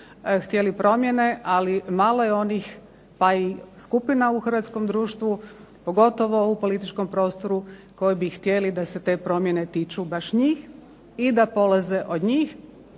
htjeli promjene, ali malo je onih pa i skupina u hrvatskom društvu, pogotovo u političkom prostoru koji bi htjeli da se te promjene tiču baš njih i da polaze od njih.